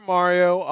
Mario